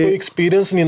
experience